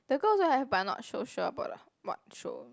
the girl also have but I not so sure about uh what show